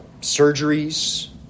surgeries